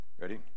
Ready